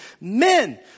Men